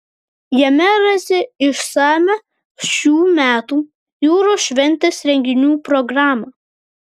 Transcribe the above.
jame rasite išsamią šių metų jūros šventės renginių programą